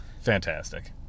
Fantastic